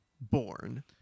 born